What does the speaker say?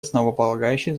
основополагающее